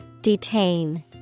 Detain